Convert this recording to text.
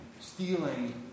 stealing